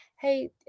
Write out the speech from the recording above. hey